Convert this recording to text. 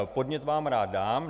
Podnět vám rád dám.